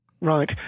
Right